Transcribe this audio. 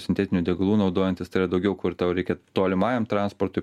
sintetinių degalų naudojantis tai yra daugiau kur tau reikia tolimajam transportui